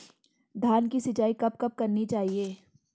धान की सिंचाईं कब कब करनी चाहिये?